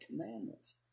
commandments